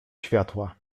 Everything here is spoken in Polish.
światła